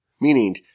meaning